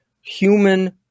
human